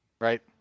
right